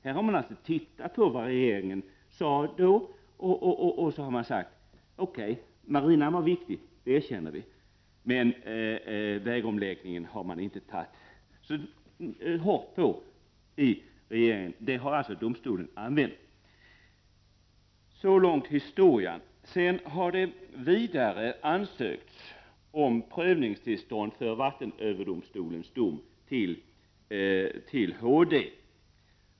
Här har man alltså tittat på vad regeringen uttalat, och så har man sagt: Okej. Marinan var viktig — det erkänner vi. Men vägomläggningen har regeringen inte tagit så hårt på. — Det har alltså domstolen använt. Så långt historien. Vidare har man ansökt om prövningstillstånd hos HD av vattenöverdomstolens dom.